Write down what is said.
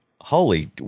holy